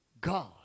God